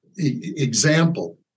Example